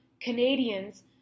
Canadians